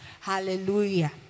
hallelujah